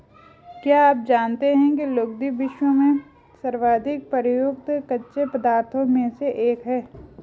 क्या आप जानते है लुगदी, विश्व में सर्वाधिक प्रयुक्त कच्चे पदार्थों में से एक है?